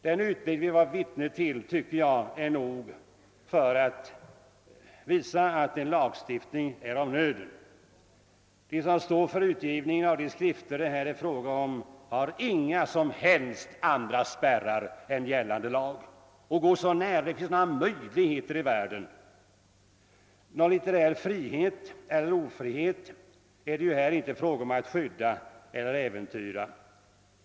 Den utveckling vi bevittnat tycker jag tillräckligt visar att en lagstiftning är av nöden. De som står för utgivningen av de skrifter det här är fråga om har inga som helst andra spärrar än gällande lag och går så nära lagens gränser som möjligt så att överträdelser ibland sker. Någon litterär frihet eller ofrihet är det här inte fråga om att skydda eller äventyra.